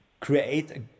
create